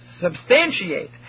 substantiate